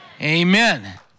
Amen